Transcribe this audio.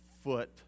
foot